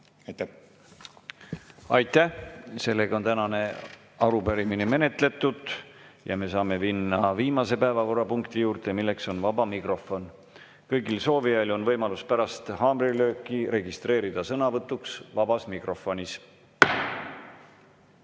Aitäh! Sellega on tänane arupärimine menetletud. Me saame minna viimase päevakorrapunkti juurde, milleks on vaba mikrofon. Kõigil soovijail on võimalus pärast haamrilööki registreeruda sõnavõtuks vabas mikrofonis.